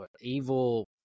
evil